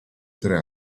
tre